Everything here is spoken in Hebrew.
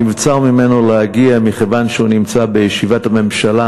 נבצר ממנו להגיע מכיוון שהוא נמצא בישיבת הממשלה